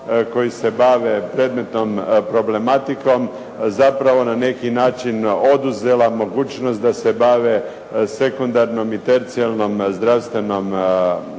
koji se bave predmetom problematikom, zapravo na neki način oduzela mogućnost da se bave sekundarnom i tercijarnom zdravstvenom